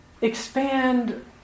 expand